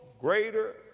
greater